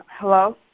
Hello